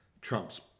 Trump's